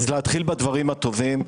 אז להתחיל בדברים הטובים,